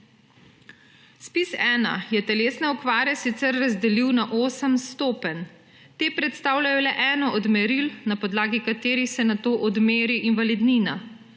ZPIZ-1 je telesne okvare sicer razdelil na osem stopenj. Te predstavljajo le eno od meril, na podlagi katerih se nato odmeri invalidnina.